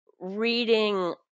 reading